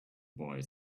boy